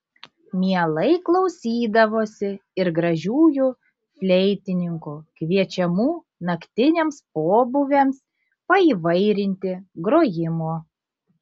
mielai klausydavosi ir gražiųjų fleitininkų kviečiamų naktiniams pobūviams paįvairinti grojimo